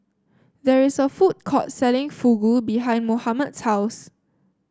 there is a food court selling Fugu behind Mohammad's house